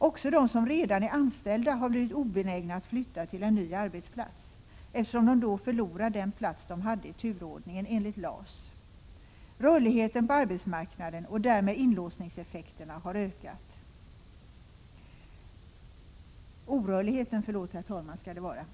Också de som redan är anställda har blivit obenägna att flytta till en ny arbetsplats, eftersom de då förlorar den plats de hade i turordningen enligt LAS. Orörligheten på arbetsmarknaden och därmed inlåsningseffekterna har ökat.